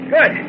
Good